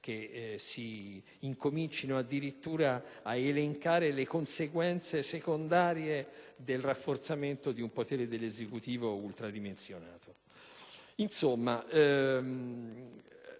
che si incomincino ad elencare addirittura le conseguenze secondarie del rafforzamento di un potere dell'Esecutivo ultradimensionato.